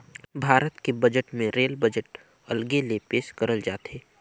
भारत के बजट मे rail budget अलगे ले पेस करल जाथे